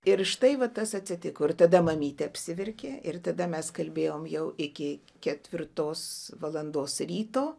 ir štai va tas atsitiko ir tada mamytė apsiverkė ir tada mes kalbėjom jau iki ketvirtos valandos ryto